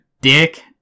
dick